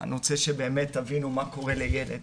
אני רוצה שבאמת תבינו מה קורה לילד